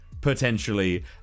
potentially